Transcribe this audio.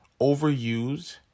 overused